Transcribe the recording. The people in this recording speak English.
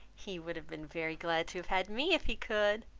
he would have been very glad to have had me, if he could.